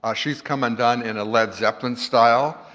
ah she's come undone in a led zeppelin style.